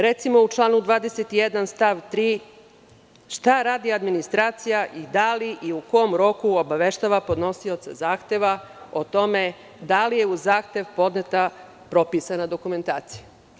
Recimo u članu 21. stav 3. šta radi administracija i da li i u kom roku obaveštava podnosioca zahteva o tome da li je uz zahtev podneta propisana dokumentacija.